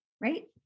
right